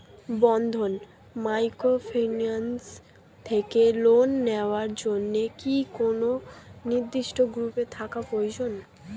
বন্ধন microfinance থেকে loan নেওয়ার জন্য কি কোন নির্দিষ্ট গ্রুপে থাকা প্রয়োজন?